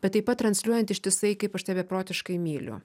bet taip pat transliuojant ištisai kaip aš tave beprotiškai myliu